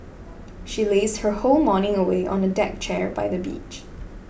she lazed her whole morning away on the deck chair by the beach